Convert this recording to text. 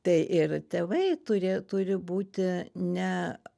tai ir tėvai turė turi būti ne